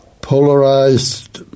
Polarized